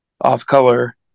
off-color